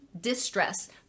distress